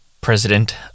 president